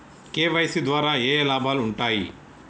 KYC ద్వారా ఏఏ లాభాలు ఉంటాయి?